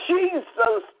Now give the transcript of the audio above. Jesus